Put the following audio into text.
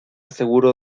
seguro